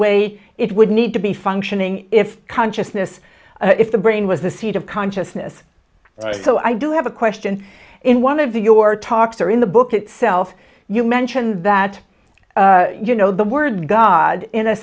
way it would need to be functioning if consciousness if the brain was the seat of consciousness so i do have a question in one of the your talks or in the book itself you mentioned that you know the word god in a